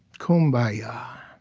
kum bah ya.